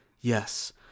yes